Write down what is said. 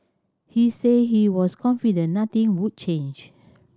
he said he was confident nothing would change